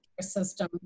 system